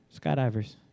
skydivers